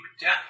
death